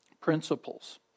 principles